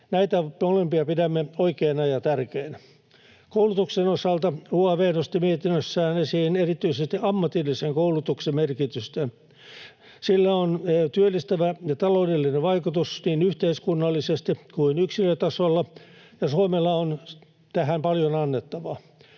Näitä molempia pidämme oikeina ja tärkeinä. Koulutuksen osalta UaV nosti mietinnössään esiin erityisesti ammatillisen koulutuksen merkitystä. Sillä on työllistävä ja taloudellinen vaikutus niin yhteiskunnallisesti kuin yksilötasolla, ja Suomella on tähän paljon annettavaa.